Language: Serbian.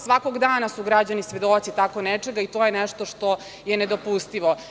Svakog dana su građani svedoci tako nečega i to je nešto što je nedopustivo.